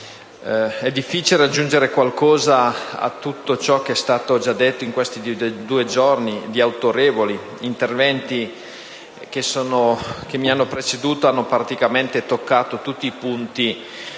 è difficile aggiungere qualcosa a tutto quanto è stato già detto in questi due giorni di autorevoli interventi che mi hanno preceduto e in cui in pratica sono stati toccati tutti punti